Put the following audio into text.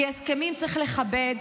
כי הסכמים צריך לכבד,